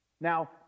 Now